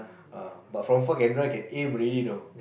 uh but from far can drive can aim already you know